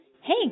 Hey